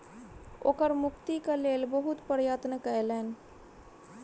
ओ कर मुक्तिक लेल बहुत प्रयत्न कयलैन